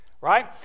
right